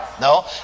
no